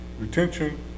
Retention